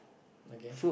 okay